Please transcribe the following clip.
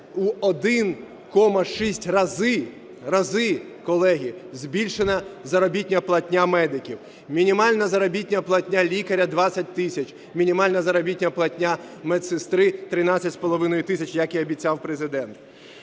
разу, разу, колеги, збільшена заробітна платня медиків. Мінімальна заробітна платня лікаря – 20 тисяч, мінімальна заробітна платня медсестри – 13,5 тисяч, як і обіцяв Президент.